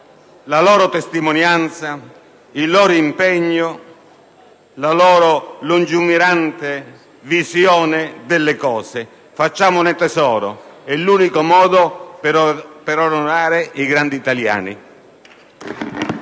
la loro testimonianza, il loro impegno, la loro lungimirante visione delle cose. Facciamone tesoro: è l'unico modo per onorare i grandi italiani.